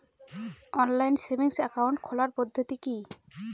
Online savings account খোলার পদ্ধতি কি?